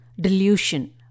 delusion